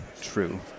true